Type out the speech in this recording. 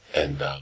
and